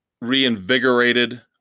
reinvigorated